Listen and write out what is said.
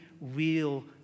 real